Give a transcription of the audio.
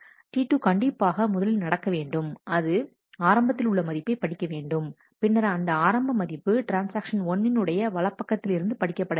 T2 கண்டிப்பாக முதலில் நடக்க வேண்டும் அது ஆரம்பத்தில் உள்ள மதிப்பை படிக்க வேண்டும் பின்னர் அந்த ஆரம்ப மதிப்பு ட்ரான்ஸ்ஆக்ஷன் 1 உடைய வலப் பக்கத்தில் இருந்து படிக்கப்பட வேண்டும்